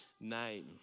name